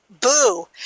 Boo